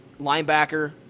linebacker